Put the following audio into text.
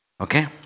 Okay